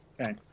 Okay